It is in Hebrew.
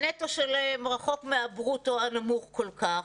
הנטו שלהם רחוק מן הברוטו הנמוך כל כך.